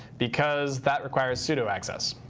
because that requires sudo access.